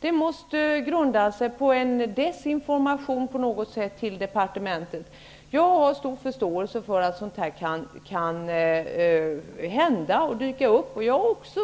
Detta resonemang måste grunda sig på en desinformation till departementet. Jag har stor förståelse för att sådant kan hända.